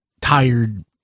tired